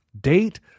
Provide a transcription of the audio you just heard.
Date